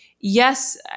yes